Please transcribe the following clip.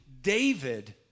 David